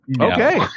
Okay